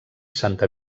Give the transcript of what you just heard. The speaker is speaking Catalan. santa